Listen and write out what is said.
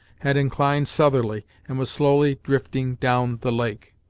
had inclined southerly, and was slowly drifting down the lake.